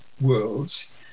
worlds